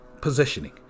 positioning